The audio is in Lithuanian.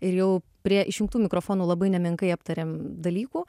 ir jau prie išjungtų mikrofonų labai nemenkai aptarėm dalykų